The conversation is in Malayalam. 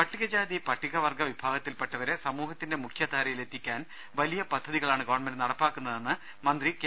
പട്ടികജാതി പട്ടിക വർഗ വിഭാഗത്തിൽപ്പെട്ടവരെ സമൂഹത്തിന്റെ മുഖ്യധാരയിലെത്തിക്കാൻ വലിയ പദ്ധതികളാണ് ഗവൺമെന്റ നടപ്പിലാക്കുന്നതെന്ന് മന്ത്രി കെ